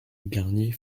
garnier